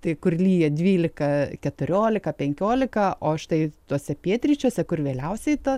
tai kur lyja dvylika keturiolika penkiolika o štai tuose pietryčiuose kur vėliausiai ta